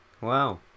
Wow